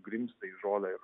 grimzta į žolę ir